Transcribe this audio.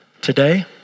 Today